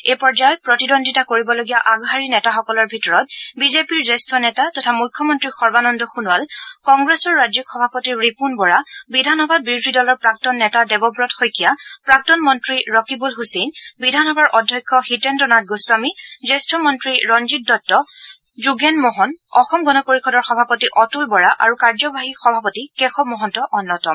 এই পৰ্য্যায়ত প্ৰতিদ্বন্দ্বিতা কৰিবলগীয়া আগশাৰীৰ নেতাসকলৰ ভিতৰত বিজেপিৰ জ্যেষ্ঠ নেতা তথা মুখ্যমন্ত্ৰী সৰ্বানন্দ সোণোৱাল কংগ্ৰেছৰ ৰাজ্যিক সভাপতি ৰিপুণ বৰা বিধানসভাত বিৰোধী দলৰ প্ৰাক্তন নেতা দেবৱত শইকীয়া প্ৰাক্তন মন্ত্ৰী ৰকিবুল হুছেইন বিধানসভাৰ অধ্যক্ষ হিতেন্দ্ৰ নাথ গোস্বামী জ্যেষ্ঠ মন্ত্ৰী ৰঞ্জিত দত্ত যোগেন মহন অসম গণ পৰিযদৰ সভাপতি অতুল বৰা আৰু কাৰ্য্যবাহী সভাপতি কেশৱ মহন্ত অন্যতম